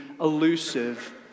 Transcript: elusive